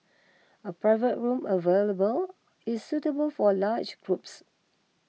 a private room available is suitable for large groups